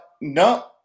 No